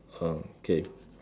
um okay